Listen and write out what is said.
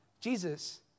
Jesus